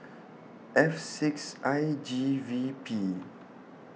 F six I G V P